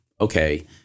okay